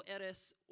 eres